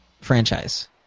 franchise